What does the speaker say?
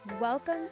welcome